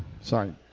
Sorry